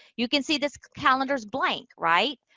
you can see this calendar is blank. right?